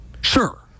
Sure